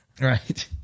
Right